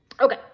Okay